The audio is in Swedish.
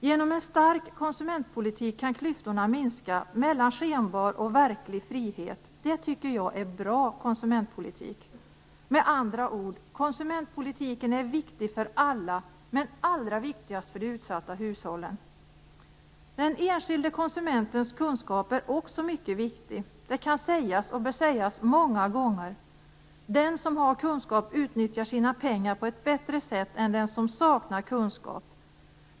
Genom en stark konsumentpolitik kan klyftorna minska mellan skenbar och verklig frihet. Det tycker jag är bra konsumentpolitik. Med andra ord: Konsumentpolitiken är viktig för alla, men allra viktigast för de utsatta hushållen. Den enskilde konsumentens kunskap är också mycket viktig. Det kan och bör sägas många gånger. Den som har kunskap utnyttjar sina pengar på ett bättre sätt än den som saknar kunskap.